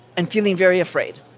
and feeling very afraid.